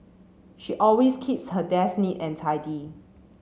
she always keeps her desk neat and tidy